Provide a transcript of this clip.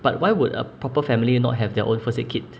but why would a proper family and not have their own first aid kit